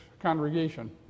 congregation